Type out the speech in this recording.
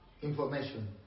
information